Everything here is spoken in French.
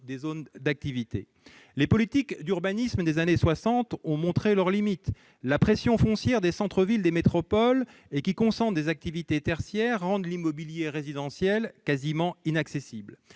des zones d'activité. » Les politiques d'urbanisme des années 1960 ont montré leurs limites. La pression foncière dans les centres des métropoles, concentrant des activités tertiaires, rend l'immobilier résidentiel inaccessible.